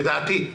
לדעתי.